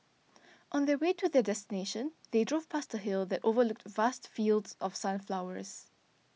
on the way to their destination they drove past a hill that overlooked vast fields of sunflowers